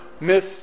miss